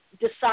decide